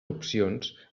opcions